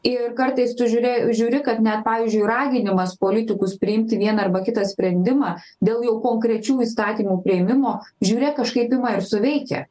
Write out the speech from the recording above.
ir kartais tu žiūrė žiūri kad net pavyzdžiui raginimas politikus priimti vieną arba kitą sprendimą dėl jau konkrečių įstatymų priėmimo žiūrėk kažkaip ima ir suveikia